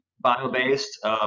bio-based